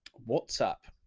what's up.